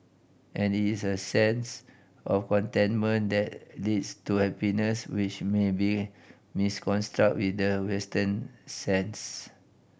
and is a sense of contentment that leads to happiness which may be misconstrued with the Western sense